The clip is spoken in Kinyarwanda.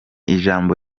ijambo